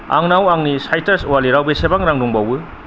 आंनाव आंनि साइट्रास अवालेटाव बेसेबां रां दंबावो